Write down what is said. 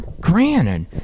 granted